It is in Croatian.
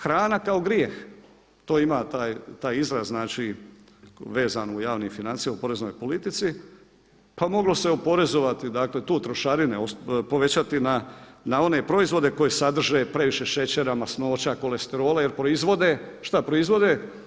Hrana kao grijeh, to ima taj izraz znači vezan u javnim financijama u poreznoj politici, pa moglo se oporezovati dakle tu trošarine povećati na one proizvode koji sadrže previše šećera, masnoća, kolesterola jer proizvode, šta proizvode?